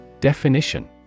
Definition